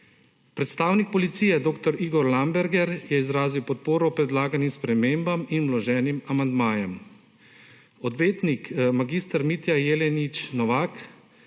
Predstavnik policije dr. Igor Lamberger je izrazil podporo predlaganim spremembam in vloženim amandmajem. Odvetnik mag. Mitja Jelenič Novak